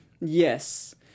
Yes